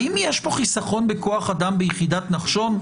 האם יש פה חיסכון בכוח אדם ביחידת נחשון?